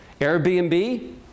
Airbnb